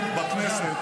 הכנסת